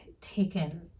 taken